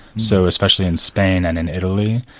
so especially in spain and in italy,